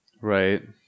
Right